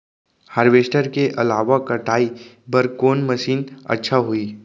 Harvester के अलावा कटाई बर कोन मशीन अच्छा होही?